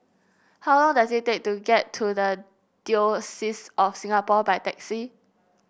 how long does it take to get to the Diocese of Singapore by taxi